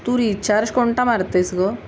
तू recharge कोणता मारतेस गं